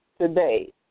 Today